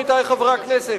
עמיתי חברי הכנסת,